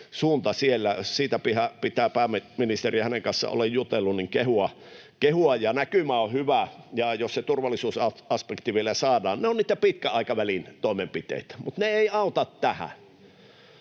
Siitä pitää pääministeriä — hänen kanssaan olen jutellut — kehua. Näkymä on hyvä, ja jos se turvallisuusaspekti vielä saadaan. Ne ovat niitä pitkän aikavälin toimenpiteitä, mutta ne eivät auta tähän.